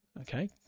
Okay